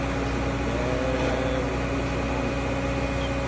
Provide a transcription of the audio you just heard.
this is a very crucial moment for du bois,